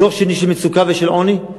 דור שני של מצוקה ושל עוני?